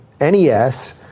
NES